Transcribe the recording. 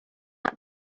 not